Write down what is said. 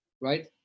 right